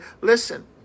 Listen